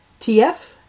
TF